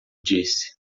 disse